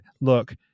Look